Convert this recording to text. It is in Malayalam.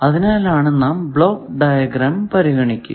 അതിനാലാണ് നാം ബ്ലോക്ക് ഡയഗ്രം പരിഗണിക്കുന്നത്